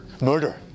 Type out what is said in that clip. Murder